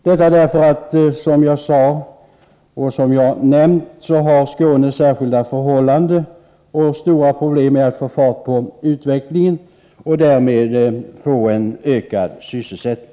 Detta därför att, vilket jag nämnde tidigare, Skåne har särskilda förhållanden och stora problem med att få fart på utvecklingen och därmed få en ökad sysselsättning.